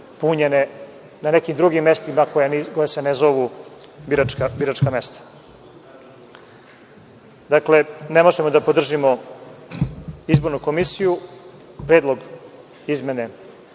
punjene na nekim drugim mestima koja se ne zovu biračka mesta. Dakle, ne možemo da podržimo izbornu komisiju, predlog izmene